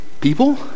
people